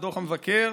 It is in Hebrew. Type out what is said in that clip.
ודוח המבקר,